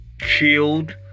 killed